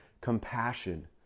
compassion